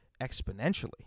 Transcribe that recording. exponentially